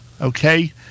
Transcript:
Okay